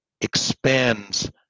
expands